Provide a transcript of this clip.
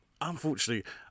unfortunately